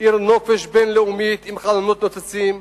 עיר נופש בין-לאומית עם חלונות נוצצים,